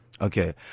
Okay